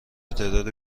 تعداد